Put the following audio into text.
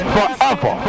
Forever